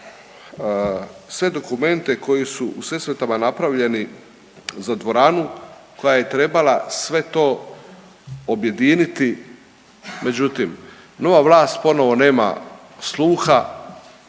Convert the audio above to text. sve dokumente koji su u Sesvetama napravljeni za dvoranu koja je trebala sve to objediniti. Međutim, nova vlast ponovo nema sluha.